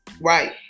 Right